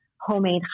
homemade